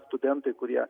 studentai kurie